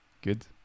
good